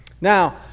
Now